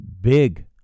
big